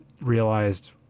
realized